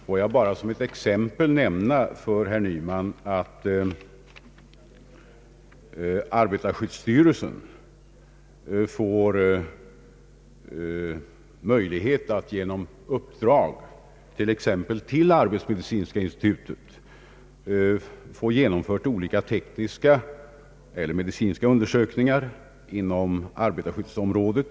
Låt mig bara som exempel nämna att arbetarskyddsstyrelsen får möjlighet att genom arbetsmedicinska institutet få olika tekniska eller medicinska undersökningar utförda inom arbetarskyddsområdet.